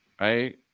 Right